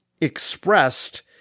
expressed